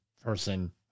person